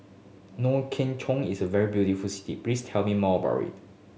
is a very beautiful city please tell me more about it